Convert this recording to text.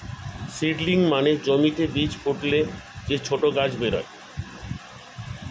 seedling মানে জমিতে বীজ ফুটলে যে ছোট গাছ বেরোয়